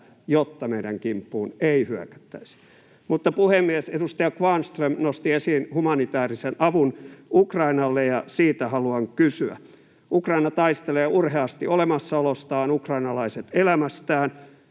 jotta meidän kimppuumme ei hyökättäisi. Mutta puhemies, edustaja Kvarnström nosti esiin humanitäärisen avun Ukrainalle, ja siitä haluan kysyä. Ukraina taistelee urheasti olemassaolostaan, ukrainalaiset elämästään.